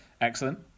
Excellent